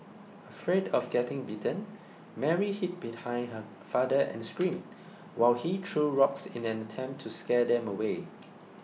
afraid of getting bitten Mary hid behind her father and screamed while he threw rocks in an attempt to scare them away